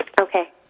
Okay